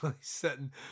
sitting